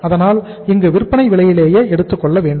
அதனால் இங்கு விற்பனை விலையிலேயே எடுத்துக்கொள்ள வேண்டும்